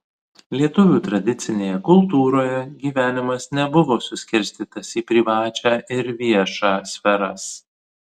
lietuvių tradicinėje kultūroje gyvenimas nebuvo suskirstytas į privačią ir viešą sferas